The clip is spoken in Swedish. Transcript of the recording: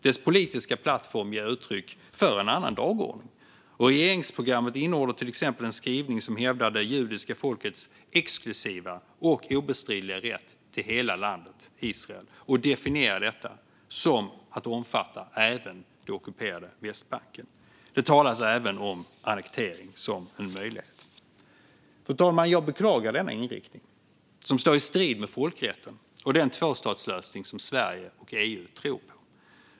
Dess politiska plattform ger uttryck för en annan dagordning. Regeringsprogrammet innehåller till exempel en skrivning som hävdar det judiska folkets exklusiva och obestridliga rätt till hela landet Israel och definierar detta som att det omfattar även det ockuperade Västbanken. Det talas även om annektering som en möjlighet. Fru talman! Jag beklagar denna inriktning som står i strid med folkrätten och den tvåstatslösning som Sverige och EU tror på.